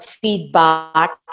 feedback